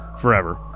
forever